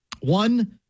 one